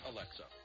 Alexa